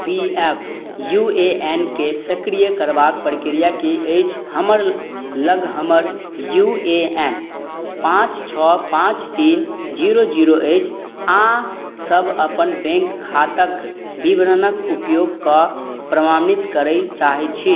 P F U A N के सक्रिय करबाके प्रक्रिया कि अछि हमर लग हमर यू ए एन पाँच छओ पाँच तीन जीरो जीरो अछि आओर सब अपन बैँक खाताके विवरणके उपयोगकेँ प्रमाणित करै चाहै छी